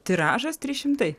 tiražas trys šimtai